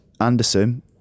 Anderson